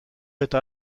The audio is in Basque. eta